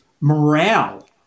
morale